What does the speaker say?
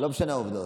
לא משנות העובדות.